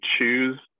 choose